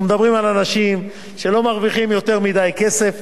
אנחנו מדברים על אנשים שלא מרוויחים יותר מדי כסף,